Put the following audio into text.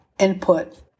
input